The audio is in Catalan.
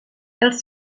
els